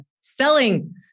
selling